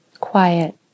Quiet